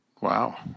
Wow